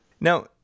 now